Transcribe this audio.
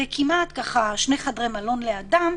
זה כמעט שני חדרי מלון לאדם,